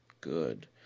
good